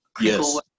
Yes